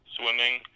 swimming